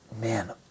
man